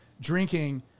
drinking